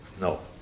No